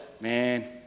man